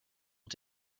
ont